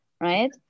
right